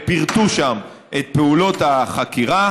הם פירטו שם את פעולות החקירה.